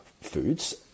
foods